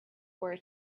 word